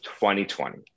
2020